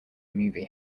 movie